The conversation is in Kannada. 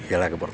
ಹೇಳಕ್ಕೇಬಾರ್ದು